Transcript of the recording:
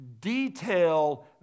detail